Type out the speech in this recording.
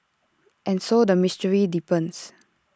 and so the mystery deepens